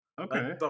Okay